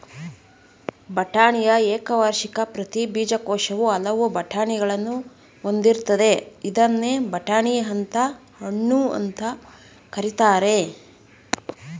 ಬಟಾಣಿಯ ಏಕವಾರ್ಷಿಕ ಪ್ರತಿ ಬೀಜಕೋಶವು ಹಲವು ಬಟಾಣಿಗಳನ್ನು ಹೊಂದಿರ್ತದೆ ಇದ್ನ ಬಟಾಣಿ ಹಣ್ಣು ಅಂತ ಕರೀತಾರೆ